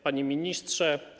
Panie Ministrze!